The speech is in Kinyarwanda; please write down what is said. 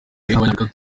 nk’abanyafurika